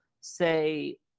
say